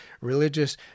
religious